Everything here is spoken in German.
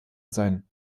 sein